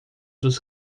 dos